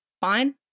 fine